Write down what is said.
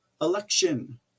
election